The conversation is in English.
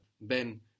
Ben